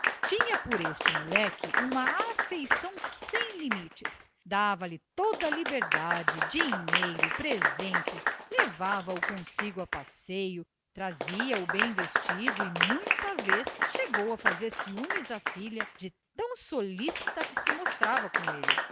tinha por este moleque uma afeição sem limites dava-lhe toda a liberdade dinheiro presentes levava-o consigo a passeio trazia o bem vestido e muita vez chegou a fazer ciúmes à filha de tão solicita que se mostrava com ele